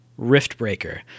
Riftbreaker